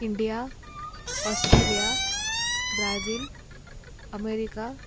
India Australia Brazil America